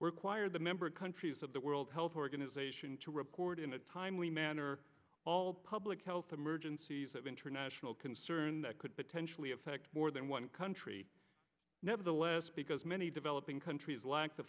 choir the member countries of the world health organization to report in a timely manner all public health emergencies of international concern that could potentially affect more than one country nevertheless because many developing countries lack the